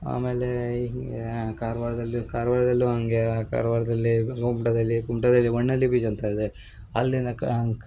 ಆಮೇಲೆ ಈ ಕಾರ್ವಾರ್ದಲ್ಲಿ ಕಾರ್ವಾರ್ದಲ್ಲೂ ಹಂಗೇ ಕಾರ್ವಾರ್ದಲ್ಲಿ ಕುಮ್ಟದಲ್ಲಿ ಕುಮ್ಟದಲ್ಲಿ ವನ್ನಳ್ಳಿ ಬೀಚ್ ಅಂತ ಇದೆ ಅಲ್ಲಿನ ಕ್